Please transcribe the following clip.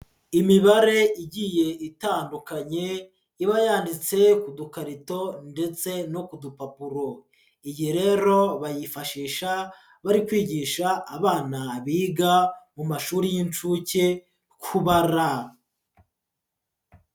Imibare igiye itandukanye iba yanditse ku dukarito ndetse no ku dupapuro, iyi rero bayifashisha bari kwigisha abana biga mu mashuri y'incuke kubara.